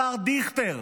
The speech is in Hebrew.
השר דיכטר,